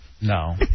No